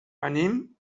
anem